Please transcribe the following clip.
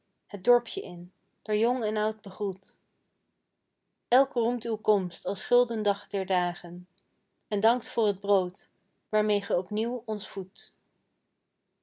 het dorpjen in door jong en oud begroet elk roemt uw komst als gulden dag der dagen en dankt voor t brood waarmee ge opnieuw ons voedt